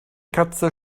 katze